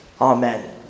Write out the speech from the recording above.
Amen